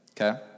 Okay